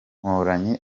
mporanyi